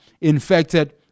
infected